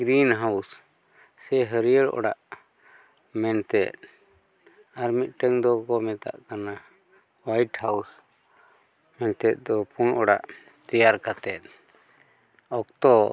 green house ᱥᱮ ᱦᱟᱹᱨᱦᱟᱹᱲ ᱚᱲᱟᱜ ᱢᱮᱱᱛᱮᱫ ᱟᱨᱢᱤᱫᱴᱟᱝ ᱫᱚᱠᱚ ᱢᱮᱛᱟᱜ ᱠᱟᱱᱟ ᱦᱚᱣᱟᱭᱤᱴ ᱦᱟᱣᱩᱥ ᱢᱮᱱᱛᱮᱫ ᱫᱚ ᱯᱩᱬ ᱚᱲᱟᱜ ᱛᱮᱭᱟᱨ ᱠᱟᱛᱮᱫ ᱚᱠᱛᱚ